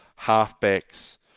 halfbacks